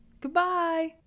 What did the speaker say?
Goodbye